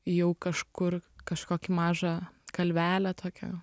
jau kažkur kažkokį mažą kalvelę tokią